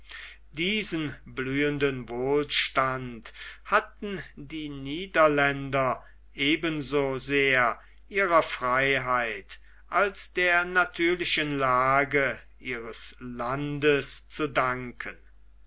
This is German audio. diesen blühenden wohlstand hatten die niederländer eben so sehr ihrer freiheit als der natürlichen lage ihres landes zu danken